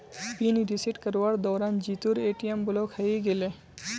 pin reset करवार दौरान जीतूर ए.टी.एम ब्लॉक हइ गेले